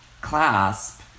clasp